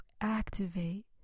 activate